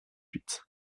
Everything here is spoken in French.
huit